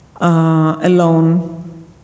alone